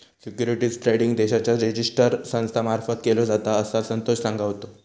securities trading देशाच्या register संस्था मार्फत केलो जाता, असा संतोष सांगा होतो